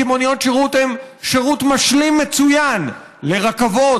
כי מוניות שירות הן שירות משלים מצוין לרכבות,